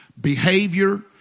behavior